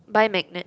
buy magnet